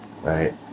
Right